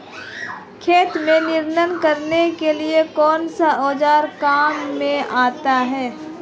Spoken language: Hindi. खेत में निनाण करने के लिए कौनसा औज़ार काम में आता है?